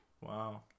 Wow